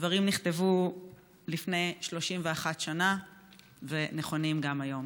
הדברים נכתבו לפני 31 שנה והם נכונים גם היום.